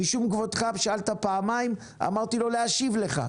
משום כבודך, ושאלת פעמיים, אמרתי לו להשיב לך.